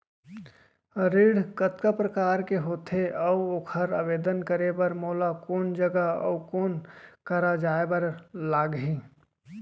ऋण कतका प्रकार के होथे अऊ ओखर आवेदन करे बर मोला कोन जगह अऊ कोन करा जाए बर लागही?